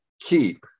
Keep